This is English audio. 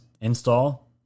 install